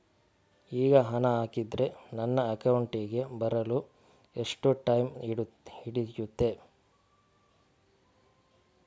ಈಗ ಹಣ ಹಾಕಿದ್ರೆ ನನ್ನ ಅಕೌಂಟಿಗೆ ಬರಲು ಎಷ್ಟು ಟೈಮ್ ಹಿಡಿಯುತ್ತೆ?